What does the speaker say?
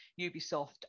Ubisoft